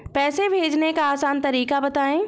पैसे भेजने का आसान तरीका बताए?